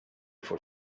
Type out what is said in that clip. for